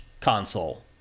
console